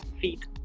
feet